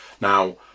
Now